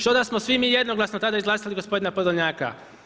Što da smo svi mi jednoglasno tada izglasali gospodina Podolnjaka?